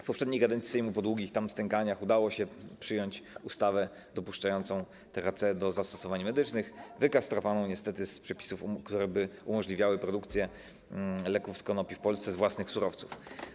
W poprzedniej kadencji po długich stękaniach udało się przyjąć ustawę dopuszczającą THC do zastosowań medycznych, wykastrowaną niestety z przepisów, które umożliwiałyby produkcję leków z konopi w Polsce z własnych surowców.